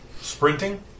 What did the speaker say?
Sprinting